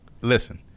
listen